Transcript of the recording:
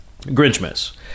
Grinchmas